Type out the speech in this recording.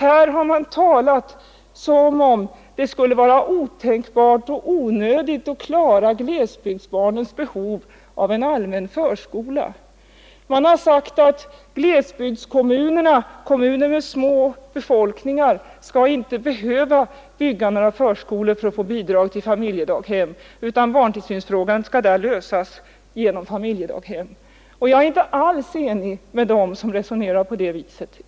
Här har man talat som om det skulle vara otänkbart och onödigt att tillfredsställa glesbygdsbarnens behov av en allmän förskola. Man har sagt att glesbygdskommunerna, kommuner med små befolkningar, inte skall behöva bygga några förskolor för att få bidrag till familjedaghem, utan barntillsynsfrågan skall där lösas genom familjedaghem. Jag är inte alls överens med dem som resonerar på det viset.